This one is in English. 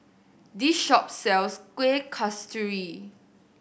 this shop sells Kueh Kasturi